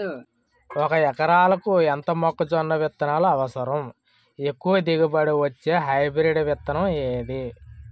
ఒక ఎకరాలకు ఎంత మొక్కజొన్న విత్తనాలు అవసరం? ఎక్కువ దిగుబడి ఇచ్చే హైబ్రిడ్ విత్తనం ఏది?